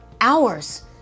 hours